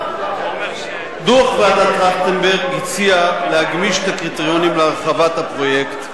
דוח ועדת-טרכטנברג הציע להגמיש את הקריטריונים להרחבת הפרויקט,